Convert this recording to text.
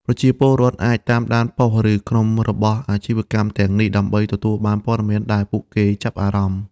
ប្រជាពលរដ្ឋអាច តាមដានប៉ុស្តិ៍ ឬក្រុមរបស់អាជីវកម្មទាំងនេះ ដើម្បីទទួលបានព័ត៌មានដែលពួកគេចាប់អារម្មណ៍។